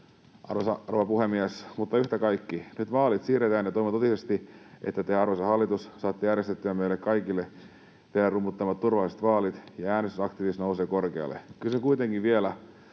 rouva puhemies! Mutta yhtä kaikki, nyt vaalit siirretään, ja toivon totisesti, että te, arvoisa hallitus, saatte järjestettyä meille kaikille teidän rummuttamanne turvalliset vaalit ja äänestysaktiivisuus nousee korkealle. Kysyn kuitenkin vielä,